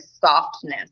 softness